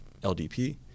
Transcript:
LDP